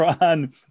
Ron